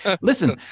Listen